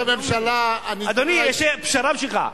ראש הממשלה, אדוני, יש לי פשרה בשבילך.